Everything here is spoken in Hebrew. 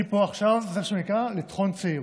אני פה עכשיו מה שנקרא "לטחון צעירוּת".